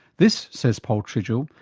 this, says paul tridgell,